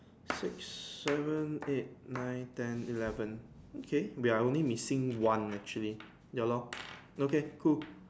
six seven eight nine ten eleven okay we are only missing one actually ya lor okay cool